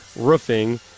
roofing